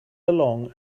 along